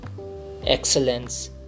excellence